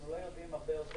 אנחנו לא יודעים הרבה יותר,